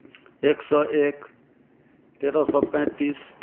एक सए एक तेरह सए पैंतीस